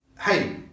hey